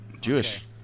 Jewish